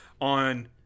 on